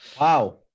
wow